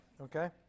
okay